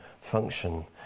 function